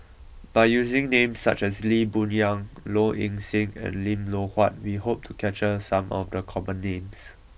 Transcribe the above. by using names such as Lee Boon Yang Low Ing Sing and Lim Loh Huat we hope to capture some of the common names